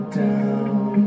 down